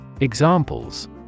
Examples